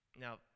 Now